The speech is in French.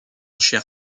cher